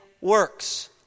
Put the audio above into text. works